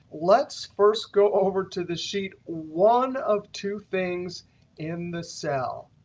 let's first go over to the sheet one of two things in the cell.